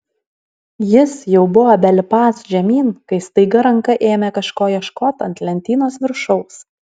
jis jau buvo belipąs žemyn kai staiga ranka ėmė kažko ieškoti ant lentynos viršaus